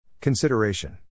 Consideration